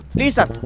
these are